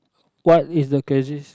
what is the craziest